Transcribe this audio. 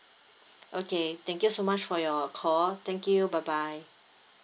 okay thank you so much for your call thank you bye bye